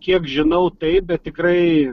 kiek žinau taip bet tikrai